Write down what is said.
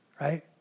Right